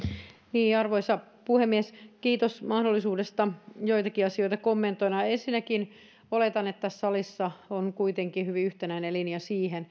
minuuttia arvoisa puhemies kiitos mahdollisuudesta joitakin asioita kommentoida ensinnäkin oletan että tässä salissa on kuitenkin hyvin yhtenäinen linja